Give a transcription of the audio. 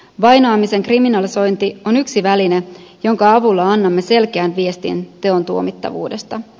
vainoamisen kriminalisointi on yksi väline jonka avulla annamme selkeän viestin teon tuomittavuudesta